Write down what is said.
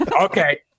Okay